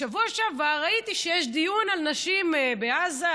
בשבוע שעבר ראיתי שיש דיון על נשים בעזה,